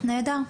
נהדר,